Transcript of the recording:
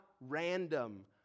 random